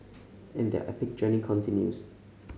and their epic journey continues